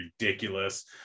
ridiculous